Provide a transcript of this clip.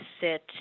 sit